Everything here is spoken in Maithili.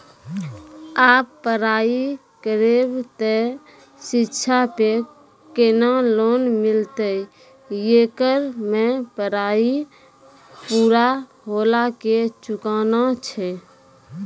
आप पराई करेव ते शिक्षा पे केना लोन मिलते येकर मे पराई पुरा होला के चुकाना छै?